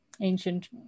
ancient